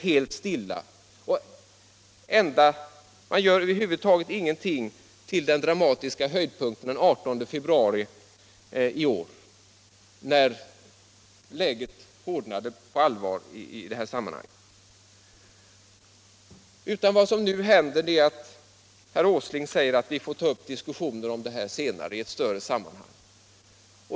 Regeringen gör över huvud taget ingenting till den dramatiska höjdpunkten den 18 februari i år, när läget hårdnade på allvar. Vad som nu händer är att herr Åsling säger att vi får ta upp diskussioner om detta i ett större sammanhang.